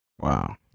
Wow